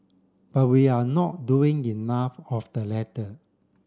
but we are not doing enough of the letter